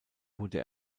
wurde